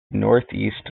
northeast